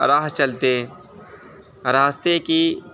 راہ چلتے راستے کی